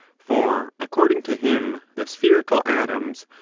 for according to him the spherical atoms,